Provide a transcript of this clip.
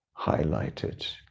highlighted